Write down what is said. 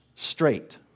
straight